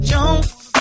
Jones